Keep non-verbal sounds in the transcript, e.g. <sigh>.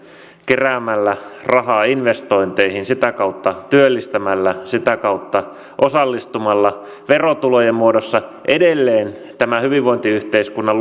keräämällä rahaa investointeihin sitä kautta työllistämällä sitä kautta osallistumalla verotulojen muodossa edelleen tämän hyvinvointiyhteiskunnan <unintelligible>